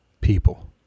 people